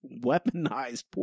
weaponized